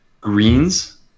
Greens